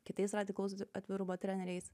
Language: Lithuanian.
kitais radikalaus atvirumo treneriais